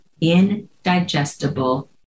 indigestible